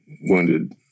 wounded